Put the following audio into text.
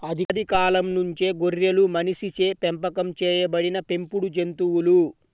ఆది కాలం నుంచే గొర్రెలు మనిషిచే పెంపకం చేయబడిన పెంపుడు జంతువులు